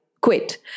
quit